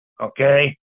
okay